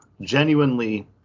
genuinely